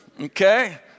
Okay